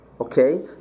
okay